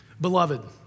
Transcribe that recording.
Beloved